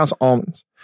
Almonds